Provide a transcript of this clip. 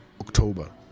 October